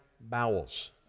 bowels